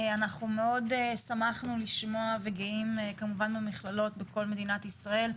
אנחנו מאוד שמחנו לשמוע וגאים כמובן במכללות בכל מדינת ישראל.